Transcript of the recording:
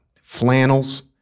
flannels